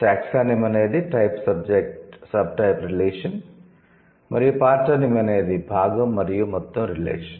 'taxonomy' అనేది 'type subtype' relation మరియు 'partonomy' అనేది 'భాగం మరియు మొత్తం' రిలేషన్